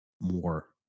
more